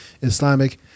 Islamic